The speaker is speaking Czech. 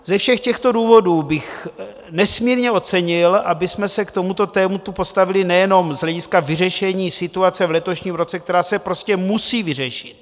Ze všech těch důvodů bych nesmírně ocenil, abychom se k tomuto tématu postavili nejenom z hlediska vyřešení situace v letošním roce, která se prostě musí vyřešit.